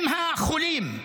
עם החולים,